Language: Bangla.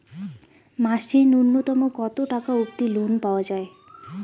মাসে নূন্যতম কতো টাকা অব্দি লোন পাওয়া যায়?